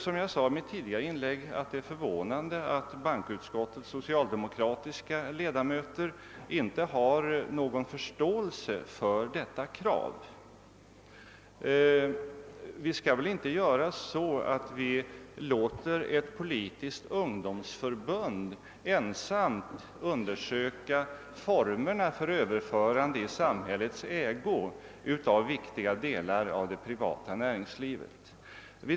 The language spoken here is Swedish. Som jag sade i mitt tidigare inlägg, tycker jag det är förvånande att bankoutskottets socialdemokratiska ledamöter inte har någon förståelse för detta krav. Vi skall väl inte låta ett politiskt ungdomsförbund ensamt undersöka formerna för överförande i samhällets ägo av viktiga delar av det privata närings livet.